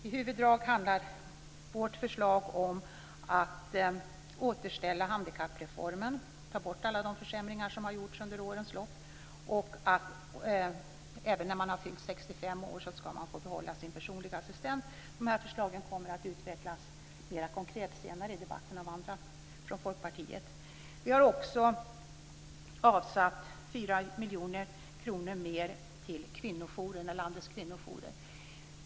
I huvuddrag handlar vårt förslag om att återställa handikappreformen, ta bort alla de försämringar som gjorts under årens lopp. Även när man fyllt 65 år ska man få behålla sin personliga assistent. De här förslagen kommer att utvecklas mera konkret senare i debatten av andra i Folkpartiet. Vi har också avsatt 4 miljoner kronor mer till landets kvinnojourer.